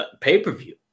pay-per-view